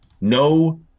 No